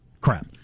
crap